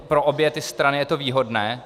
Pro obě strany je to výhodné.